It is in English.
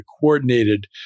coordinated